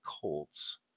Colts